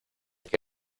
que